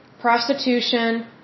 prostitution